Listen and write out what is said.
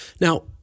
Now